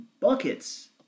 buckets